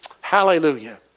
Hallelujah